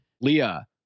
Leah